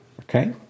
okay